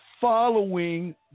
following